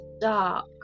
dark